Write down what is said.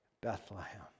bethlehem